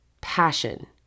passion